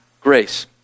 grace